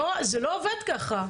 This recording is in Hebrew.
זה לא עובד ככה.